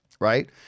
right